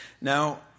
Now